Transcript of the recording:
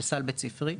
וסל בית ספרי.